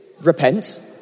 repent